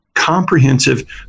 Comprehensive